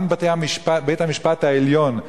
וגם בית-המשפט העליון,